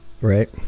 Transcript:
Right